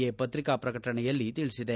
A ಪತ್ರಿಕಾ ಪ್ರಕಟಣೆಯಲ್ಲಿ ತಿಳಿಸಿದೆ